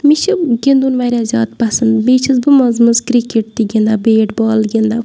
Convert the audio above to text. مےٚ چھِ گِنٛدُن واریاہ زیادٕ پَسنٛد بیٚیہِ چھَس بہٕ منٛزٕ منٛز کِرٛکیٚٹ تہِ گِنٛدان بیٹ بال گِنٛدان